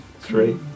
Three